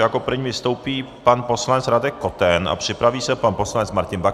Jako první vystoupí pan poslanec Radek Koten a připraví se pan poslanec Martin Baxa.